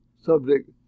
subject